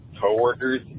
coworkers